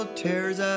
tears